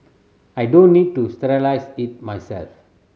I don't need to sterilise it myself